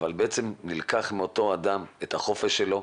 אבל בעצם מאותו אדם נלקח החופש שלו,